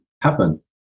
happen